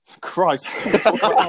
Christ